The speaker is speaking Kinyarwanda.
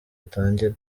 utangire